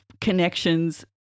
connections